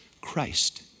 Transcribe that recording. Christ